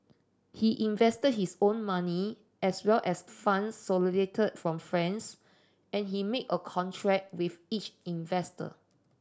he invested his own money as well as funds solicited from friends and he made a contract with each investor